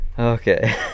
Okay